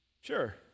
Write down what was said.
sure